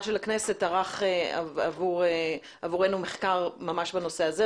של הכנסת ערך עבורנו מחקר ממש בנושא הזה.